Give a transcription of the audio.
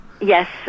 Yes